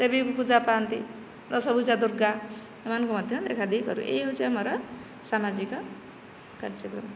ଦେବୀ ପୂଜା ପାଆନ୍ତି ଦଶଭୁଜା ଦୁର୍ଗା ଏମାନଙ୍କୁ ମଧ୍ୟ ଦେଖାଦେଖି କରୁ ଏହି ହେଉଛି ଆମର ସାମାଜିକ କାର୍ଯ୍ୟକ୍ରମ